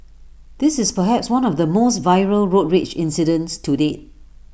this is perhaps one of the most viral road rage incidents to date